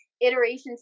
iterations